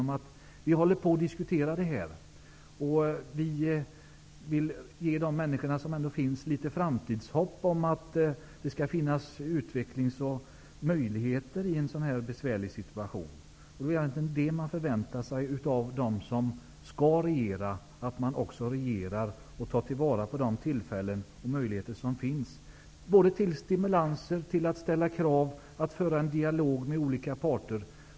Man kan hävda att frågan diskuteras och att man vill ge människor litet framtidshopp. Det skall finnas utvecklingsmöjligheter i en sådan här besvärlig situation. Det är egentligen det man förväntar sig av dem som skall regera, att de också regerar och tar till vara de tillfällen och möjligheter som finns till stimulanser, att ställa krav och att föra en dialog med olika parter.